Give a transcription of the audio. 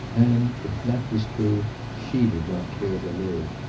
and, if that was true, she did not care to live.